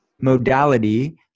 modality